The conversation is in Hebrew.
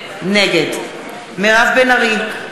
נגד מירב בן ארי,